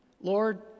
Lord